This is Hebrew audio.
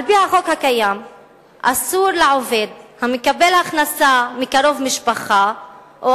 על-פי החוק הקיים אסור לעובד המקבל הכנסה מקרוב משפחה או,